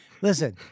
Listen